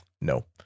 no